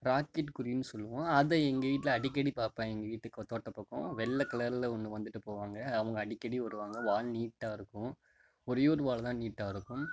rocket குருவின்னு சொல்லுவோம் அதை எங்கள் வீட்டில் அடிக்கடி பார்ப்பேன் எங்கள் வீட்டு தோட்ட பக்கம் வெள்ளை கலரில் ஒன்று வந்துவிட்டு போவாங்க அவங்க அடிக்கடி வருவாங்க வால் நீட்டாக இருக்கும் ஒரேயொரு வால் தான் நீட்டாக இருக்கும்